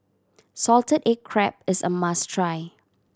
salted egg crab is a must try